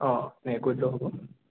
অঁ তেনেকৈ কৰি দিলেও হ'ব